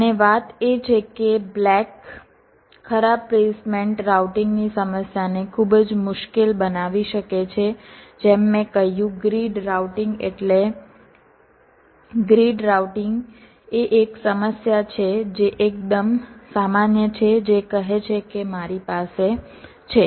અને વાત એ છે કે બ્લેક ખરાબ પ્લેસમેન્ટ રાઉટિંગની સમસ્યાને ખૂબ જ મુશ્કેલ બનાવી શકે છે જેમ મેં કહ્યું ગ્રીડ રાઉટિંગ એટલે ગ્રીડ રાઉટિંગ એ એક સમસ્યા છે જે એકદમ સામાન્ય છે જે કહે છે કે મારી પાસે છે